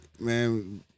Man